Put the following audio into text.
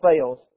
fails